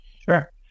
sure